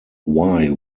why